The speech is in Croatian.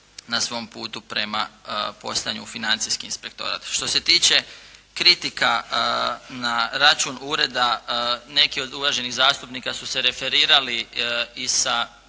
na svom putu prema postojanju financijski inspektorat. Što se tiče kritika na račun ureda, neki od uvaženih zastupnika su se referirali i sa